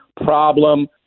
problem